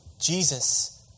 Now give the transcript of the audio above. Jesus